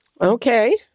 Okay